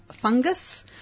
fungus